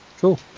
cool